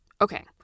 Okay